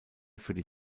für